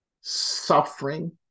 suffering